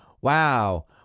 Wow